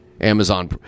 Amazon